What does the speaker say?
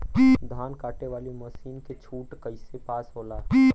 धान कांटेवाली मासिन के छूट कईसे पास होला?